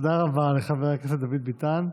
תודה רבה לחבר הכנסת דוד ביטן.